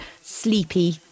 sleepy